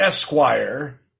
Esquire